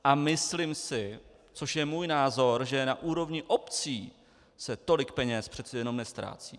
A myslím si, což je můj názor, že na úrovni obcí se tolik peněz přece jenom neztrácí.